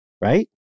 right